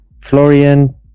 Florian